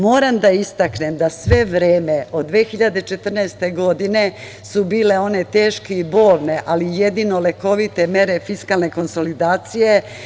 Moram da istaknem da sve vreme od 2014. godine su bile one teške i bolne, ali jedino lekovite mere fiskalne konsolidacije.